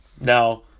now